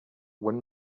one